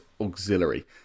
Auxiliary